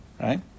Right